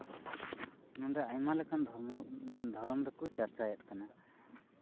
ᱱᱚᱰᱮ ᱟᱭᱢᱟ ᱞᱮᱠᱟᱱ ᱫᱷᱚᱨᱢᱚ ᱫᱷᱚᱨᱚᱢ ᱠᱚ ᱪᱟᱨᱪᱟᱭᱮᱫ ᱠᱟᱱᱟ